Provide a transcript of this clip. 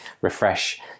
refresh